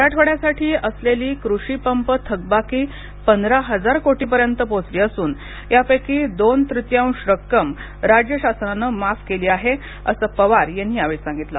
मराठवाड्यासाठी असलेली कृषी पंप थकबाकी पंधरा हजार कोटी पर्यंत पोहोचली असून यापैकी दोन तृतीयांश रक्कम राज्य शासनाने माफ केली आहे असं पवार यांनी सांगितलं